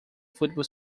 football